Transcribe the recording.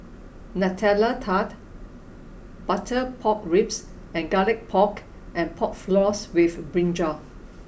Nutella Tart butter pork ribs and garlic pork and pork floss with brinjal